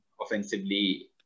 offensively